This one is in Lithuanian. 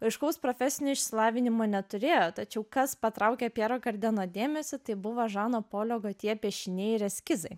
aiškaus profesinio išsilavinimo neturėjo tačiau kas patraukia pjero kardeno dėmesį tai buvo žano polio gotje piešiniai ir eskizai